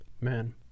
man